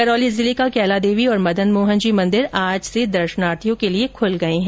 करौली जिले का कैलादेवी और मदनमोहन जी मंदिर आज से दर्शनार्थियों के लिये खुल गये है